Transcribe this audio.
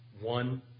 one